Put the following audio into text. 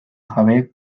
jabeek